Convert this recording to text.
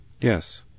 Yes